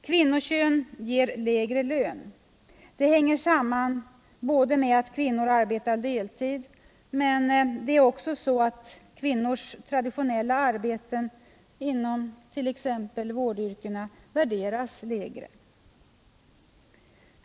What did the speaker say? Kvinnokön ger lägre lön. Det hänger samman med att kvinnor arbetar deltid, men det är också så att kvinnors traditionella arbeten inom t.ex. vårdyrkena värderas lägre.